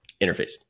interface